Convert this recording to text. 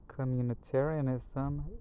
Communitarianism